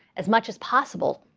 as much as possible,